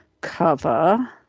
Cover